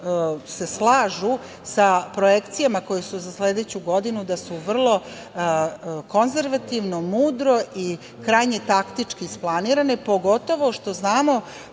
se slažu sa projekcijama koje su za sledeću godinu, da su vrlo konzervativno, mudro i krajnje taktički isplanirane, pogotovo što znamo